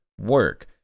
work